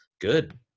good